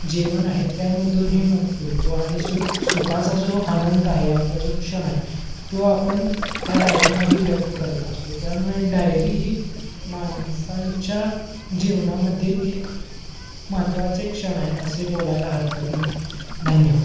जेवण आहे त्यामधूनही मुक्त होतो आणि सु सुखाचा जो आनंद आहे आपला जो क्षण आहे तो आपण त्या डायरीमध्ये व्यक्त करत असतो त्यामुळे डायरी ही माणसांच्या जीवनामध्ये एक महत्त्वाचे क्षण आहे असे बोलायला हरकत नाही धन्यवाद